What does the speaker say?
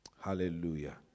Hallelujah